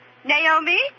Naomi